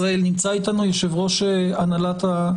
הייתה גם ישיבה נוספת בתחילת היום,